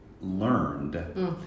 learned